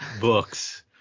books